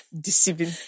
Deceiving